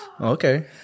Okay